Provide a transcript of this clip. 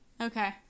Okay